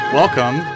welcome